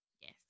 Yes